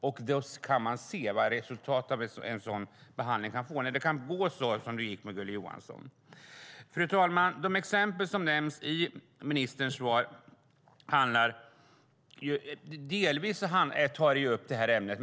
Vi kan se vad resultatet av en sådan behandling kan bli när det kan gå så som det gjorde i fallet med Gulli Johansson. Fru talman! De exempel som nämns i ministerns svar tar delvis upp det här ämnet.